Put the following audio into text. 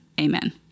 amen